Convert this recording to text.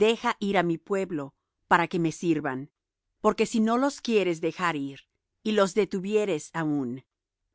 deja ir á mi pueblo para que me sirvan porque si no lo quieres dejar ir y los detuvieres aún